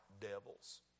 devils